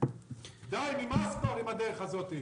די נמאס כבר עם הדרך הזאת.